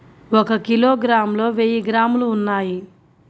ఒక కిలోగ్రామ్ లో వెయ్యి గ్రాములు ఉన్నాయి